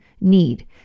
need